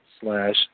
slash